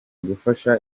gufasha